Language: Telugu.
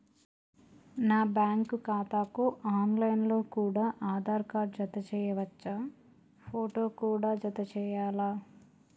నా బ్యాంకు ఖాతాకు ఆన్ లైన్ లో కూడా ఆధార్ కార్డు జత చేయవచ్చా ఫోటో కూడా జత చేయాలా?